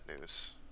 news